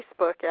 Facebook